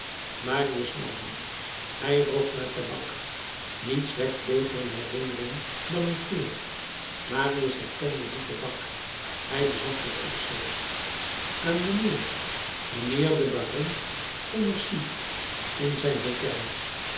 marius nam hem hij rook naar tabak niets wekt beter een herinnering dan een geur marius herkende dien tabak hij bezag het opschrift aan mijnheer mijnheer den baron pommerci in zijn hôtel